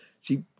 See